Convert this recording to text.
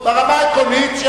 ברמה העקרונית,